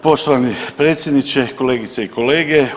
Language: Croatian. Poštovani predsjedniče, kolegice i kolege.